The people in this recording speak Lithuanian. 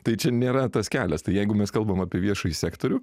tai čia nėra tas kelias tai jeigu mes kalbam apie viešąjį sektorių